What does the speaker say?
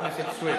חבר הכנסת סוייד.